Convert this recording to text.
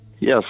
Yes